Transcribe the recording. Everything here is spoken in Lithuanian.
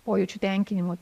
pojūčių tenkinimui